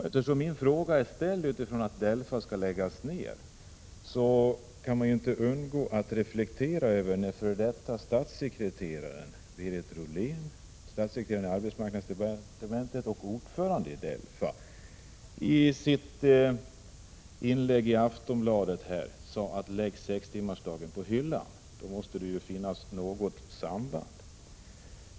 Eftersom min fråga är ställd med tanke på att DELFA skall läggas ned kan man inte undgå att reflektera över att f.d. statssekreteraren i arbetsmarknadsdepartementet och numera ordföranden i DELFA Berit Rollén i ett inlägg i Aftonbladet har sagt att förslaget om sextimmarsdag bör läggas på hyllan. Det måste ju finnas något samband.